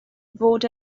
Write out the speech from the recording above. fod